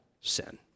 sin